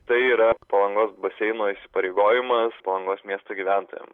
tai yra palangos baseino įsipareigojimas palangos miesto gyventojam